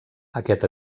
aquest